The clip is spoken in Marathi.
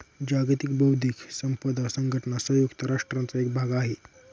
जागतिक बौद्धिक संपदा संघटना संयुक्त राष्ट्रांचा एक भाग आहे